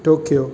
Tokyo